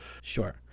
Sure